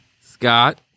Scott